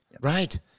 Right